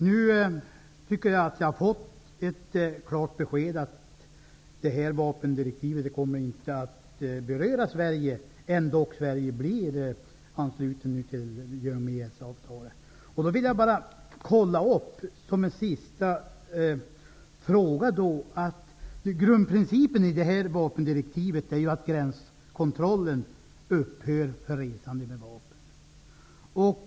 Nu tycker jag att jag har fått ett rakt besked: Vapendirektivet kommer inte att beröra Sverige i och med EES-avtalet. En sista fråga för kontrollens skull. Grundprincipen för vapendirektivet är ju att gränskontrollen för resande med vapen upphör.